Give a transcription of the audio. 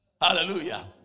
Hallelujah